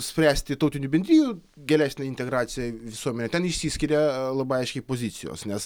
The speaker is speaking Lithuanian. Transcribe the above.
spręsti tautinių bendrijų gilesnę integraciją visuomet ten išsiskiria labai aiškiai pozicijos nes